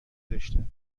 داشتند